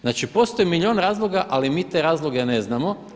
Znači postoji milijun razloga, ali mi te razloge ne znamo.